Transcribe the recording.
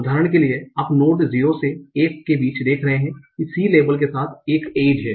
उदाहरण के लिए आप नोड 0 से 1 के बीच देख रहे हैं कि c लेबल के साथ एक एज है